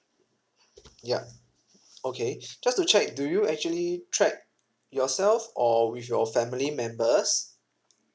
yup okay just to check do you actually trek yourself or with your family members